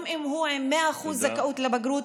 גם אם הוא עם 100% זכאות לבגרות,